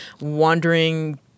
wandering